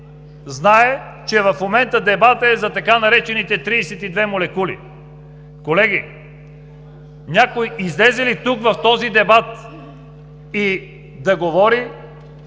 знае, че в момента дебатът е за така наречените „32 молекули“, колеги, някой излезе ли в този дебат да говори